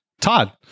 Todd